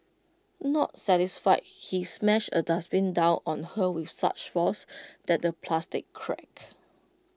not satisfied he smashed A dustbin down on her with such force that the plastic cracked